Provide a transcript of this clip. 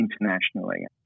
internationally